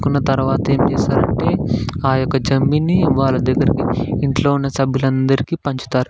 తెచ్చుకున్న తర్వాత ఏమి చేస్తారంటే ఆ యొక్క జమ్మిని వాళ్ళ దగ్గరకి ఇంట్లో ఉన్న సభ్యులందరికి పంచుతారు